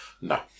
No